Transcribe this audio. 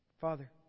Father